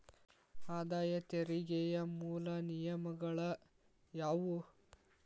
ಆದಾಯ ತೆರಿಗೆಯ ಮೂಲ ನಿಯಮಗಳ ಯಾವು